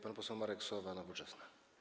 Pan poseł Marek Sowa, Nowoczesna.